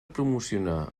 promocionar